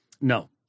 No